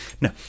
no